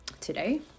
today